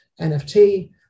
NFT